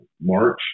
March